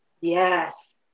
Yes